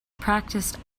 practiced